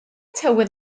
tywydd